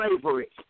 slavery